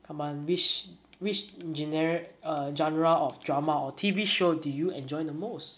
come on whic~ which generi~ err genre of drama or T_V show do you enjoy the most